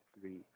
three